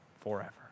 forever